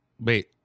wait